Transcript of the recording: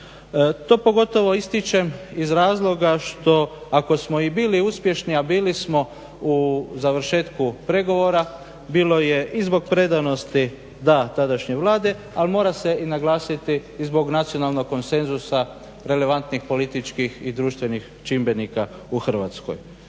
To pogotovo ističem iz razloga što ako smo i bili uspješni, a bili smo u završetku pregovora bilo je i zbog predanosti da tadašnje Vlade, ali mora se i naglasiti i zbog nacionalnog konsenzusa relevantnih političkih i društvenih čimbenika u Hrvatskoj.